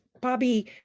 Bobby